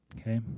Okay